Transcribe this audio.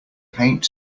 paint